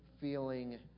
feeling